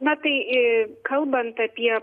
na tai kalbant apie